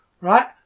right